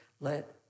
let